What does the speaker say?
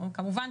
כמובן,